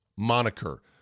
Moniker